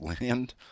Land